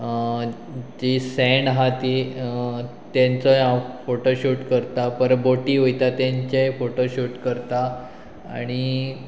जी सँड आहा ती तेंचोय हांव फोटोशूट करता पर बोटी वयता तेंचेय फोटोशूट करता आनी